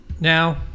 Now